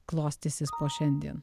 klostysis po šiandien